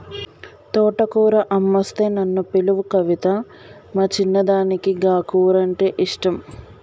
తోటకూర అమ్మొస్తే నన్ను పిలువు కవితా, మా చిన్నదానికి గా కూరంటే ఇష్టం